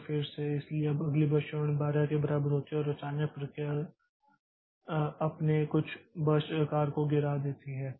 तो फिर से इसलिए अब अगली भविष्यवाणी 12 के बराबर होती है अगर अचानक प्रक्रिया अपने कुछ बर्स्ट आकार को गिरा देती है